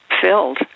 filled